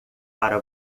para